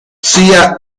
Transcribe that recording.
sia